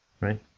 right